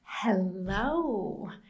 Hello